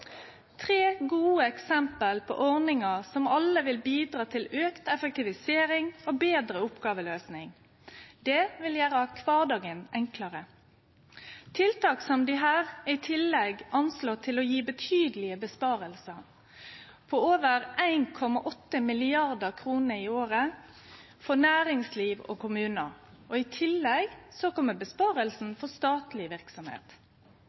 tre gode eksempel på ordningar som alle vil bidra til auka effektivisering og betre oppgåveløysing. Det vil gjere kvardagen enklare. Tiltak som desse er i tillegg anslått å gje betydelege innsparingar – på over 1,8 mrd. kr i året for næringsliv og kommunar. I tillegg